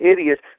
idiots